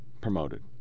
promoted